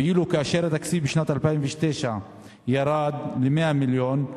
ואילו כאשר התקציב בשנת 2009 ירד ל-100 מיליון,